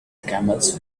camels